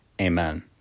Amen